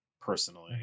personally